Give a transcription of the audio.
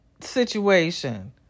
situation